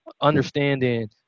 understanding